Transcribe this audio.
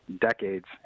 decades